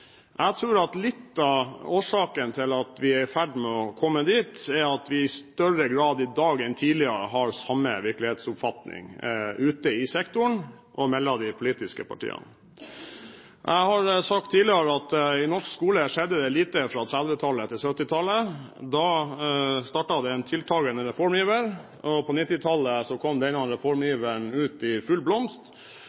Jeg tror litt av årsaken til at vi er i ferd med å komme dit, er at vi i større grad i dag enn tidligere har samme virkelighetsoppfatning, ute i sektoren og i de politiske partiene. Jeg har sagt tidligere at i norsk skole skjedde det lite fra 1930-tallet til 1970-tallet. Da startet det en tiltakende reformiver, og på 1990-tallet slo denne